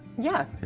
yeah,